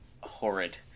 horrid